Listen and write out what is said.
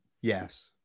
Yes